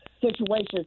situations